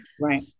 Right